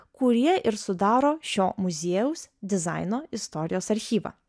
kurie ir sudaro šio muziejaus dizaino istorijos archyvą